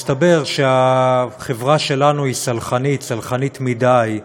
מסתבר שהחברה שלנו היא סלחנית, סלחנית מדי,